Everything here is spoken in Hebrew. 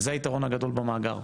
וזה היתרון הגדול של מאגר,